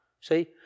see